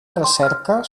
recerca